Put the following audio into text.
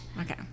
Okay